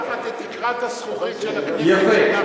לקחת את תקרת הזכוכית של הכנסת, יפה.